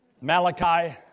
Malachi